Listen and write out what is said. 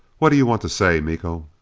what do you want to say, miko?